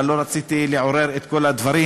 אבל לא רציתי לעורר את כל הדברים,